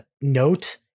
note